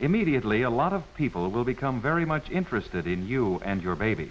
immediately a lot of people will become very much interested in you and your baby